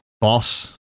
boss